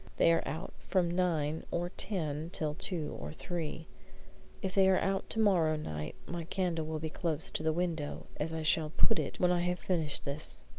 they are out from nine or ten till two or three if they are out to-morrow night my candle will be close to the window as i shall put it when i have finished this.